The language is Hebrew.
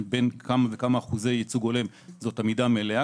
בין כמה וכמה אחוזי ייצוג הולם זאת עמידה מלאה,